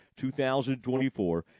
2024